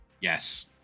Yes